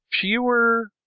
fewer